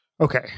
Okay